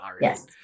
Yes